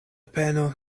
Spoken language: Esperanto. peno